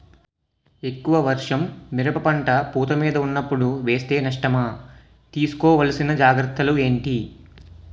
ఎక్కువ వర్షం మిరప పంట పూత మీద వున్నపుడు వేస్తే నష్టమా? తీస్కో వలసిన జాగ్రత్తలు ఏంటి?